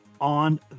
on